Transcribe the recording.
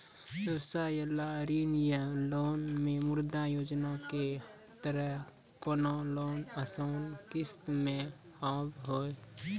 व्यवसाय ला ऋण या लोन मे मुद्रा योजना के तहत कोनो लोन आसान किस्त मे हाव हाय?